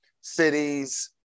cities